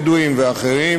בדואים ואחרים